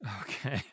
okay